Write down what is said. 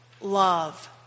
love